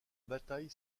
bataille